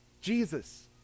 Jesus